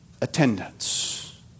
attendance